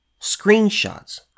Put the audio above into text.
screenshots